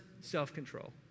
self-control